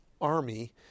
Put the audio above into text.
army